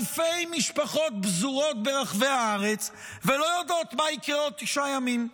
אלפי משפחות פזורות ברחבי הארץ ולא יודעות מה יקרה עוד תשעה ימים.